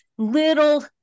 little